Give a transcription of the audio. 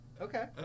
Okay